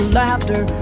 laughter